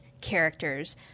characters